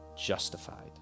justified